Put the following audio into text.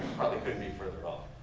probably couldn't be further off.